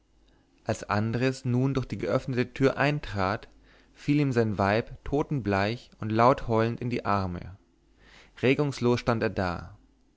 als andres nun durch die geöffnete tür eintrat fiel ihm sein weib totenbleich und laut heulend in die arme regungslos stand er da